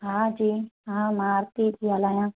हा जी हा आरती थी ॻाल्हायां